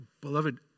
beloved